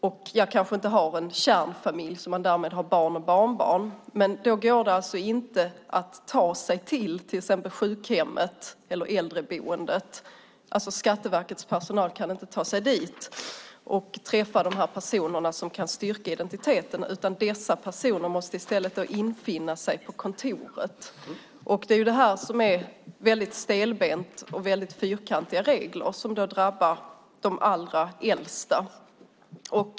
Man kanske inte har en kärnfamilj och därmed inte heller barn eller barnbarn. Skatteverkets personal kan dock inte ta sig exempelvis till sjukhemmet eller äldreboendet för att träffa de personer som kan styrka identiteten, utan dessa personer måste i stället infinna sig på Skatteverkets kontor. Dessa regler är stelbenta och fyrkantiga och drabbar de allra äldsta.